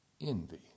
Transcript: Envy